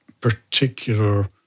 particular